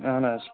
اَہَن حظ